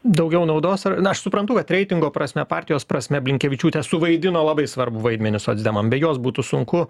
daugiau naudos ar na aš suprantu kad reitingo prasme partijos prasme blinkevičiūtė suvaidino labai svarbų vaidmenį socdemam be jos būtų sunku